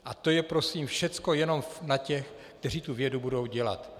A to je prosím všecko jenom na těch, kteří tu vědu budou dělat.